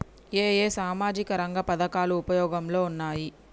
ఏ ఏ సామాజిక రంగ పథకాలు ఉపయోగంలో ఉన్నాయి?